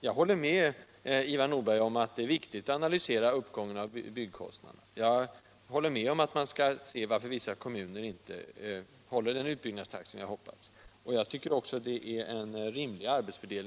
Jag håller med Ivar Nordberg om att det är viktigt att analysera uppgången av byggnadskostnaderna och att man bör undersöka varför vissa kommuner inte håller den utbyggnadstakt som vi hade hoppats på. Jag tycker också att det är rimligt att regeringen utför denna uppgift.